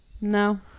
No